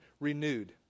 renewed